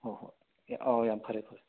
ꯍꯣꯏ ꯍꯣꯏ ꯑꯦ ꯑꯥꯎ ꯌꯥꯝ ꯐꯔꯦ ꯐꯔꯦ